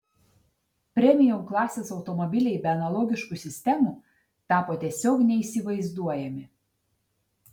premium klasės automobiliai be analogiškų sistemų tapo tiesiog neįsivaizduojami